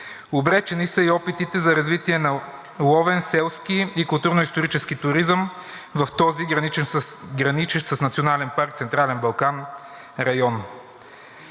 Обречени са и опитите за развитие на ловен, селски и културно-исторически туризъм в този граничещ с Национален